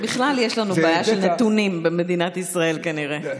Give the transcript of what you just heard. בכלל יש לנו בעיה של נתונים במדינת ישראל, כנראה.